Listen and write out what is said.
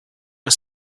was